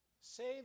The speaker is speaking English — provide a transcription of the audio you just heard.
Save